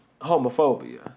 homophobia